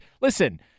listen